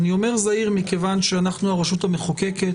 אני אומר זעיר, מכיוון שאנחנו הרשות המחוקקת,